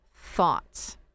Thoughts